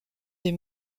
des